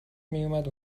میومد